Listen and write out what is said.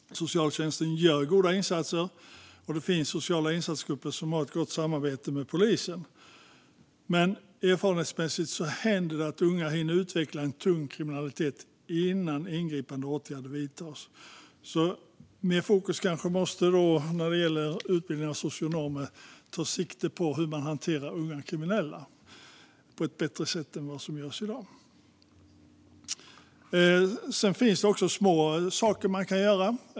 Socialtjänsten gör goda insatser, och det finns sociala insatsgrupper som har ett gott samarbete med polisen. Men erfarenhetsmässigt händer det att unga hinner utveckla en tung kriminalitet innan ingripande åtgärder vidtas. I utbildningen av socionomer måste kanske mer fokus ligga på hur man hanterar unga kriminella på ett bättre sätt än vad som görs i dag. Det finns även små saker man kan göra.